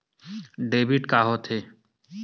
Debit का होथे?